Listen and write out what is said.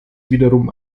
wiederum